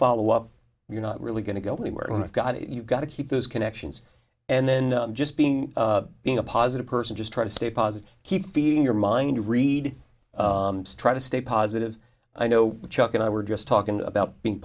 follow up you're not really going to go anywhere and i've got it you've got to keep those connections and then just being in a positive person just try to stay positive keep feeding your mind read try to stay positive i know chuck and i were just talking about being